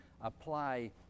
apply